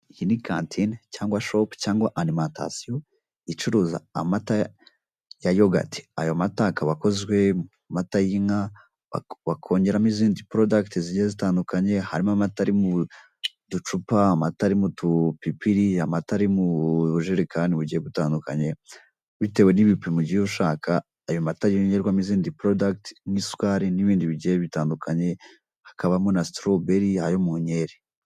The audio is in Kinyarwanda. Iyi ni kantine cyangwa shopu cyangwa arimantasiyo icuruza amata ya yogati. Ayo mata akaba akozwe mumata y'inka bakongeramo izindi porodagiti zigiye zitandukanye, harimo amata ari mu ducupa, amata ari mu tupipiri, amata ari mu bujerekani bugiye dutandukanye bitewe n'ibipimo ugiye ushaka, ayo mata yongerwamo izindi porodagiti n'isukari n'ibindi bigiye bitandukanye, hakabamo na sitoroberi ayo mu nkeri.